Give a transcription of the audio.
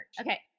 Okay